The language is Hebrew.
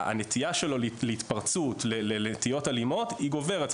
הנטייה שלו להתפרצות, לנטיות אלימות, גוברת.